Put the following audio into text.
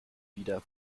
wieder